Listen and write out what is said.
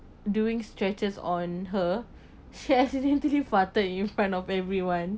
during stretches on her she accidentally farted in front of everyone